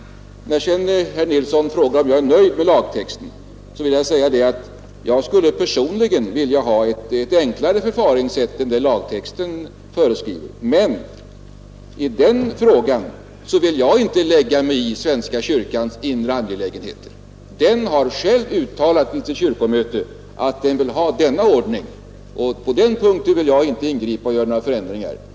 När sedan herr Nilsson frågar om jag är nöjd med lagtexten vill jag säga att jag personligen skulle vilja ha ett enklare förfaringssätt än det lagtexten föreskriver. Men i den frågan vill jag inte lägga mig i svenska kyrkans inre angelägenheter; den har själv vid sitt kyrkomöte uttalat att den vill ha denna ordning. På den punkten vill jag inte ingripa och föreslå några förändringar.